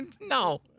no